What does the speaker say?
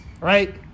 right